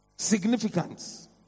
significance